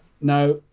now